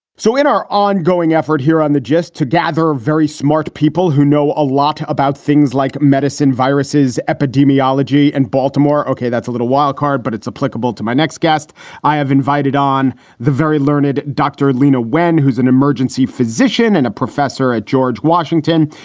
so in our ongoing effort here on the just to d'arvor, very smart people who know a lot about things like medicine, viruses, epidemiology and baltimore. ok, that's a little wildcard, but it's applicable to my next guest i have invited on the very learned dr. leana wen, who's an emergency physician and a professor at george washington,